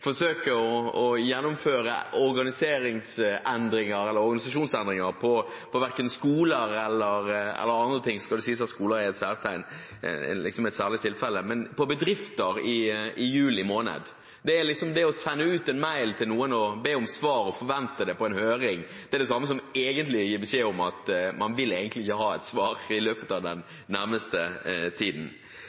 man prøver å gjennomføre tunge prosesser internt i et konsern eller forsøker å gjennomføre organisasjonsendringer, verken på skoler eller andre steder. Nå skal det sies at skoler er et særtilfelle, men i bedrifter er det å sende ut en mail til noen i juli måned og be om svar på en høring, det samme som å gi beskjed om at man egentlig ikke vil ha et svar den nærmeste tiden.